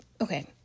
okay